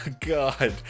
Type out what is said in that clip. god